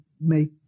make